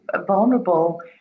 vulnerable